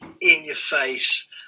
in-your-face